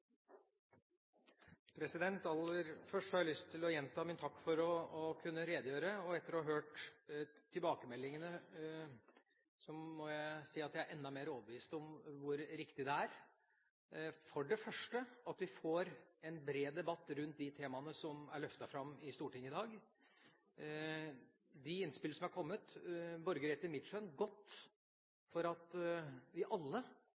Aller først har jeg lyst til å gjenta min takk for å kunne redegjøre. Etter å ha hørt tilbakemeldingene må jeg si at jeg er enda mer overbevist om hvor riktig det først og fremst er at vi får en bred debatt rundt de temaene som er løftet fram i Stortinget i dag. De innspill som er kommet, borger etter mitt skjønn godt for at vi alle